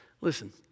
Listen